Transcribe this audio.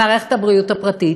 למערכת הבריאות הפרטית.